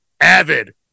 avid